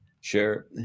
Sure